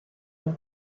nom